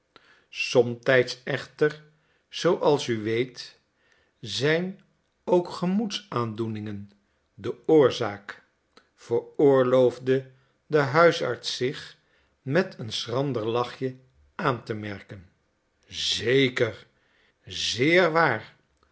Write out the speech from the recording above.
somtijds echter zooals u weet zijn ook gemoedsaandoeningen de oorzaak veroorloofde de huisarts zich met een schrander lachje aan te merken zeker zeer waar